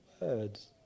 words